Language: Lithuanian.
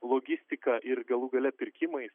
logistika ir galų gale pirkimais